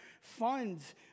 funds